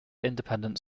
independent